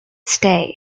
stay